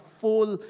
full